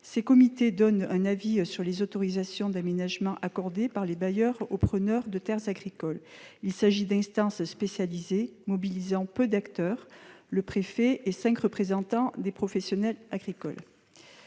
ces comités donnent un avis sur les autorisations d'aménagement accordées par les bailleurs aux preneurs de terres agricoles. Il s'agit d'instances spécialisées, mobilisant peu d'acteurs : le préfet et cinq représentants des professionnels agricoles.